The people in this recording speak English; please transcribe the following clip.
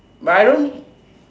but I don't